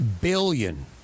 billion